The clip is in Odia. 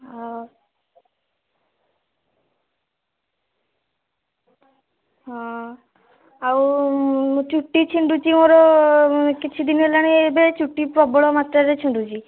ଆ ହଁ ଆଉ ଚୁଟି ଛିଣ୍ଡୁଛି ମୋର କିଛି ଦିନ ହେଲାଣି ଏବେ ଚୁଟି ପ୍ରବଳ ମାତ୍ରାରେ ଛିଣ୍ଡୁଛି